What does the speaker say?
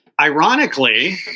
ironically